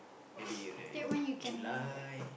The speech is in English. maybe you know in July